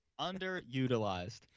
underutilized